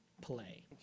Play